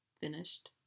finished